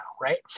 right